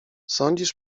sądzisz